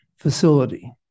facility